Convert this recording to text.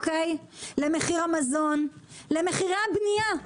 למחיר המזון, למחירי הבנייה.